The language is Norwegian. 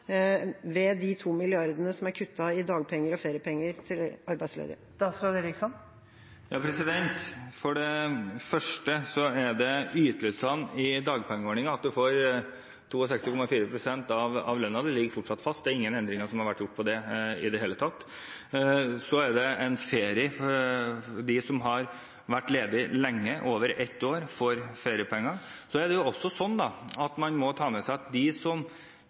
ved de to milliardene som er kuttet i dagpenger og feriepenger til arbeidsledige? For det første: Når det gjelder ytelsene i dagpengeordningen, der en får 62,4 pst. av lønnen sin, ligger det fortsatt fast. Ingen endringer har blitt gjort på det i det hele tatt. De som har vært ledige lenge – over ett år – får feriepenger. Man må også ta med seg at når dagpengeperioden har gått ut, vil de aller fleste av dem være kommet over i arbeid, altså ha lønnsinntekt. Det er noe som man også må ta med seg.